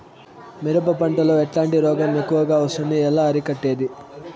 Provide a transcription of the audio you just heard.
మిరప పంట లో ఎట్లాంటి రోగం ఎక్కువగా వస్తుంది? ఎలా అరికట్టేది?